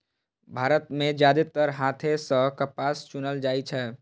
भारत मे जादेतर हाथे सं कपास चुनल जाइ छै